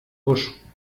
busch